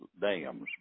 dams